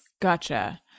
Gotcha